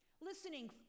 listening